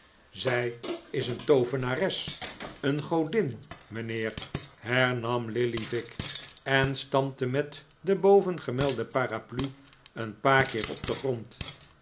zij is een toovenares een godin mijnheer hernam lillyvick en stampte met de bovengemelde paraplu een paar keer op den grond